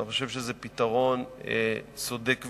אני חושב שזה פתרון צודק ונכון.